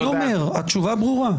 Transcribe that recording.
התשובה ברורה.